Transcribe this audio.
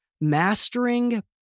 mastering